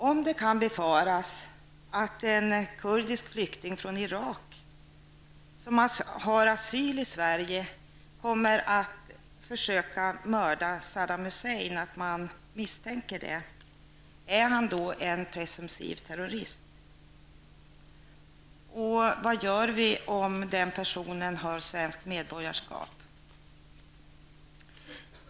Antag att man misstänker att en kurdisk flykting från Irak som har asyl i Sverige kommer att försöka mörda Saddam Hussein. Är han då en presumtiv terrorist? Vad gör vi om den personen har svenskt medborgarskap?